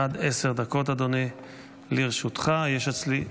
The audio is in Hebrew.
עד עשר דקות לרשותך, אדוני.